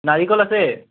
নাৰিকল আছে